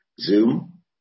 Zoom